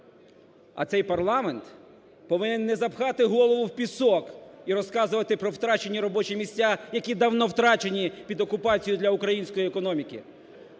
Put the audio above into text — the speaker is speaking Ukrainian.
А цей парламент повинен не запхати голову в пісок і розказувати про втрачені робочі місця, які давно втрачені під окупацією для української економіки,